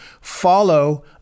follow